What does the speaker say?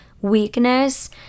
weakness